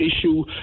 issue